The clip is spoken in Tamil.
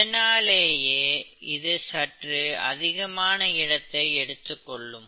இதனாலேயே இது சற்று அதிகமான இடத்தை எடுத்துக் கொள்ளும்